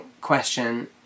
question